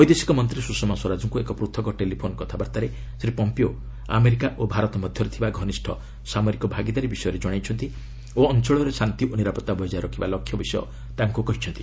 ବୈଦେଶିକ ମନ୍ତ୍ରୀ ସୁଷମା ସ୍ୱରାଜଙ୍କୁ ଏକ ପୃଥକ୍ ଟେଲିଫୋନ୍ କଥାବର୍ତ୍ତାରେ ଶ୍ରୀ ପମ୍ପିଓ ଆମେରିକା ଓ ଭାରତ ମଧ୍ୟରେ ଥିବା ଘନିଷ୍ଠ ସାମରିକ ଭାଗିଦାରୀ ବିଷୟରେ ଜଣାଇଛନ୍ତି ଓ ଅଞ୍ଚଳରେ ଶାନ୍ତି ଓ ନିରାପତ୍ତା ବଜାୟ ରଖିବା ଲକ୍ଷ୍ୟ ବିଷୟ ତାଙ୍କୁ କହିଛନ୍ତି